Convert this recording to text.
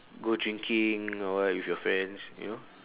go drinking or what with your friends you know